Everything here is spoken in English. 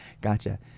Gotcha